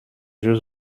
jeux